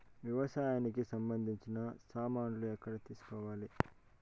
వ్యవసాయానికి సంబంధించిన సామాన్లు ఎక్కడ తీసుకోవాలి?